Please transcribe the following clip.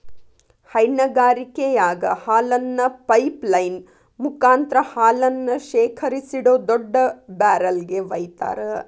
ಹೈನಗಾರಿಕೆಯಾಗ ಹಾಲನ್ನ pipeline ಮುಕಾಂತ್ರ ಹಾಲನ್ನ ಶೇಖರಿಸಿಡೋ ದೊಡ್ಡ ಬ್ಯಾರೆಲ್ ಗೆ ವೈತಾರ